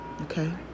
Okay